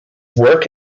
work